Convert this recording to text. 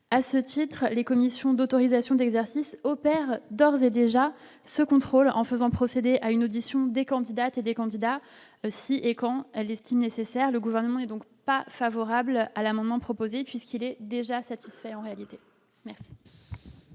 à ce titre, les commissions d'autorisation d'exercice opère d'ores et déjà ce contrôle en faisant procéder à une audition des candidates et des candidats si et quand elle estime nécessaire, le gouvernement et donc pas favorable à l'amendement proposé puisqu'il est déjà satisfait en réalité. Merci